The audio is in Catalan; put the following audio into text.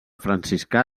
franciscà